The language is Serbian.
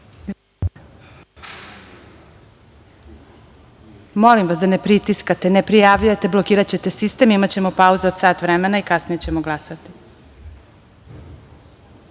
vas da ne pritiskate, ne prijavljujete. Blokiraćete sistem. Imaćemo pauzu od sat vremena i kasnije ćemo glasati.